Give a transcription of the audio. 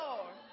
Lord